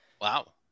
wow